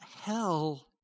hell